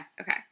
Okay